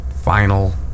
final